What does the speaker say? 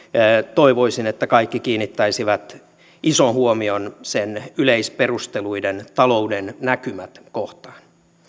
toivoisin että kaikki kiinnittäisivät ison huomion sen yleisperusteluiden talouden näkymät kohtaan